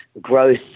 growth